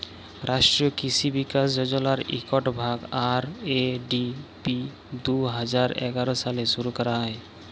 রাষ্ট্রীয় কিসি বিকাশ যজলার ইকট ভাগ, আর.এ.ডি.পি দু হাজার এগার সালে শুরু ক্যরা হ্যয়